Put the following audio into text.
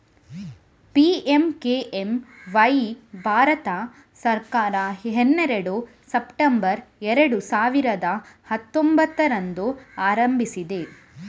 PMKMY Bharat ಸರ್ಕಾರ ಹನ್ನೆರಡು September ಎರಡು ಸಾವಿರದ ಹತ್ತೊಂಭತ್ತರಂದು ಆರಂಭಿಸಿದೆ